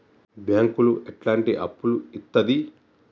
బ్యాంకులు ఎట్లాంటి అప్పులు ఇత్తది?